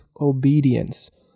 obedience